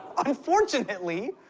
unfortunately,